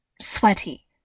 sweaty